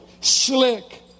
slick